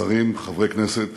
שרים, חברי כנסת